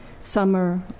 summer